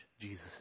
Jesus